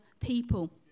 people